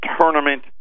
Tournament